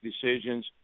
decisions